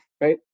right